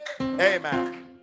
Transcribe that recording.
amen